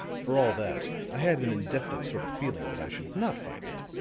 for all that, i had an indefinite sort of feeling that i should not find it.